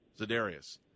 Zadarius